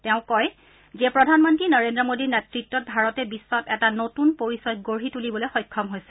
তেওঁ কয় যে প্ৰধানমন্ত্ৰী নৰেন্দ্ৰ মোডীৰ নেতৃত্ত ভাৰতে বিখ্বত এটা নতুন পৰিচয় গঢ়ি তুলিবলৈ সক্ষম হৈছে